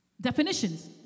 Definitions